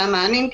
והמענים,